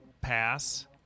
pass